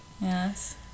Yes